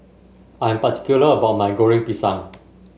I am particular about my Goreng Pisang